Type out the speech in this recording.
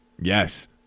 Yes